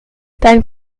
dein